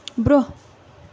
برٛۄنٛہہ